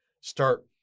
start